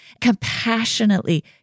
compassionately